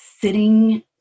sitting